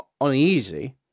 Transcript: uneasy